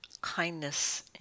kindness